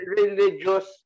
religious